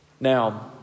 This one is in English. Now